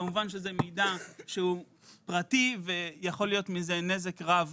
כמובן שהוא מידע פרטי ויכול להיות מזה נזק רב